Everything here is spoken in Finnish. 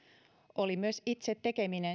oli itse tekeminen